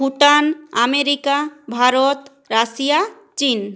Bhutan America Bharat Russia চীন